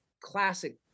classic